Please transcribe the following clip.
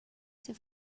ser